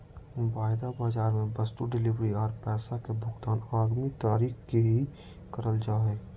वायदा बाजार मे वस्तु डिलीवरी आर पैसा के भुगतान आगामी तारीख के ही करल जा हय